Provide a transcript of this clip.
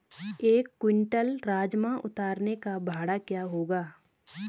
एक क्विंटल राजमा उतारने का भाड़ा क्या होगा?